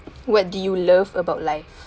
what do you love about life